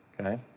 Okay